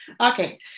Okay